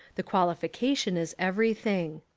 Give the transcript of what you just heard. the qualification is everything